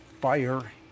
fire